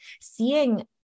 seeing